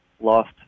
lost